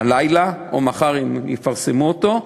הלילה, או מחר, ויפרסמו אותו,